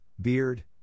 Beard